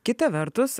kita vertus